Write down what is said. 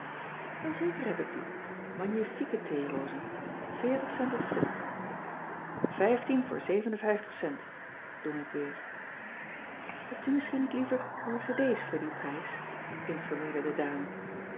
wel zeker heb ik die magnifieke theerozen veertig cent het stuk vijftien voor zeven en vijftig cent dong ik weer hebt u meschien niet liever orchedees voor die prijs informeerde de dame